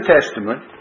Testament